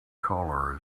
colour